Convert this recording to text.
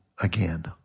again